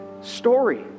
Story